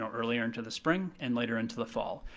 ah earlier into the spring and later into the fall.